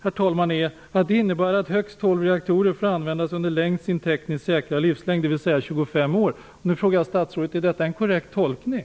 Min tolkning är att det innebär att högst 12 reaktorer får användas under längst sin tekniskt säkra livslängd, dvs. 25 år. Nu frågar jag statsrådet: Är detta en korrekt tolkning?